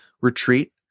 retreat